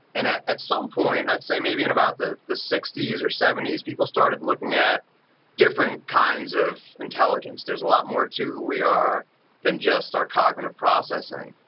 and ah at some point, i would say maybe in about the the sixties or seventies, people started looking at different kinds of intelligence. there's a lot more to who we are than just our cognitive processing.